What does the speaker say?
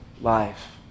life